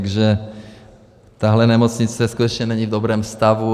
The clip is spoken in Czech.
Takže tahle nemocnice skutečně není v dobrém stavu.